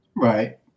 Right